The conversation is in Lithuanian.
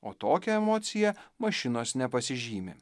o tokia emocija mašinos nepasižymi